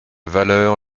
valeur